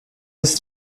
his